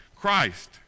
Christ